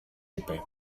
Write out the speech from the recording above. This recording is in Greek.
είπε